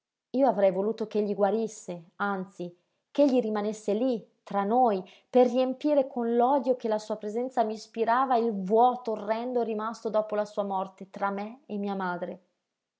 io avrei voluto ch'egli guarisse anzi ch'egli rimanesse lí tra noi per riempire con l'odio che la sua presenza m'ispirava il vuoto orrendo rimasto dopo la sua morte tra me e mia madre